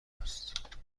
است